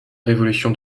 révolution